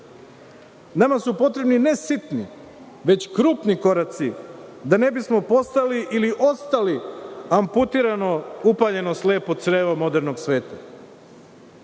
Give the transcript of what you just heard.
Nama su potrebni, ne sitni, već krupni koraci da ne bismo postali ili ostali amputirano, upaljeno „slepo crevo“ modernog sveta. Zato